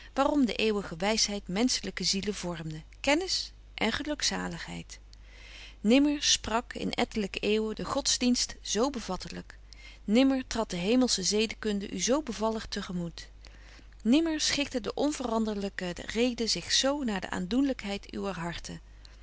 de eeuwige wysheid menschelyke zielen vormde kennis en gelukzaligheid nimmer sprak in ettelyke eeuwen de godsdienst zo bevattelyk nimmer tradt de hemelsche zedekunde u zo bevallig te gemoet nimmer schikte de onveranderlyke reden zich zo zeer naar de aandoenlykheid uwer harten